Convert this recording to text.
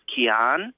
Kian